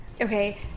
okay